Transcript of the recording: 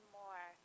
more